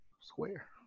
square